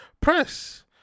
Press